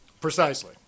Precisely